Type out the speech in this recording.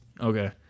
Okay